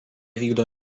vykdo